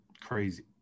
Crazy